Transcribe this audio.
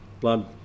blood